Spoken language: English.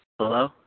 Hello